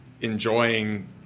enjoying